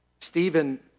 Stephen